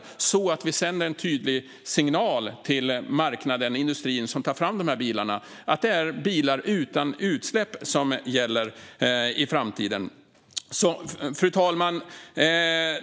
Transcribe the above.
På så sätt sänder vi en tydlig signal till marknaden och industrin som tar fram dessa bilar att det är bilar utan utsläpp som gäller i framtiden. Fru talman!